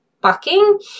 bucking